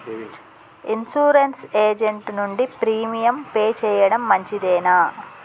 Insurance agent నుండి premium pay చేయడం మంచిదేనా?